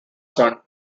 son